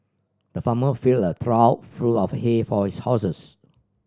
the farmer filled a trough full of hay for his horses